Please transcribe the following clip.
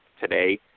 today